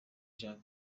jean